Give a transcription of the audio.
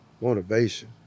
Motivation